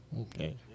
Okay